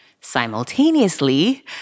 Simultaneously